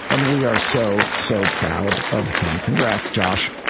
and we are so, so proud of him. congrats, josh.